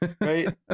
Right